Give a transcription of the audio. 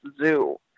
Zoo